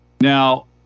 Now